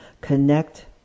Connect